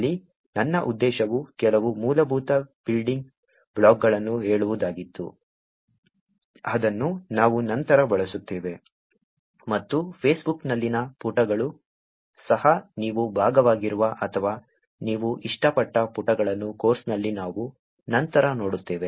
ಇಲ್ಲಿ ನನ್ನ ಉದ್ದೇಶವು ಕೆಲವು ಮೂಲಭೂತ ಬಿಲ್ಡಿಂಗ್ ಬ್ಲಾಕ್ಗಳನ್ನು ಹೇಳುವುದಾಗಿತ್ತು ಅದನ್ನು ನಾವು ನಂತರ ಬಳಸುತ್ತೇವೆ ಮತ್ತು ಫೇಸ್ಬುಕ್ನಲ್ಲಿನ ಪುಟಗಳೂ ಸಹ ನೀವು ಭಾಗವಾಗಿರುವ ಅಥವಾ ನೀವು ಇಷ್ಟಪಟ್ಟ ಪುಟಗಳನ್ನು ಕೋರ್ಸ್ನಲ್ಲಿ ನಾವು ನಂತರ ನೋಡುತ್ತೇವೆ